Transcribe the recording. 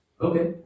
Okay